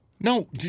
No